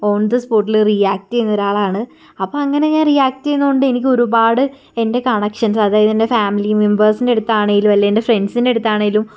on the സ്പോട്ടില് react ചെയ്യുന്ന ഒരാളാണ് അപ്പോൾ അങ്ങനെ ഞാൻ റിയാക്ട് ചെയ്യുന്നത് കൊണ്ട് എനിക്ക് ഒരുപാട് എൻ്റെ കണക്ഷൻസ് അതായത് എൻ്റെ ഫാമിലി മെമ്പേഴ്സിന്റെ അടുത്താണേലും അല്ലെ എൻ്റെ ഫ്രണ്ട്സിൻ്റെ അടുത്ത് ആണേലും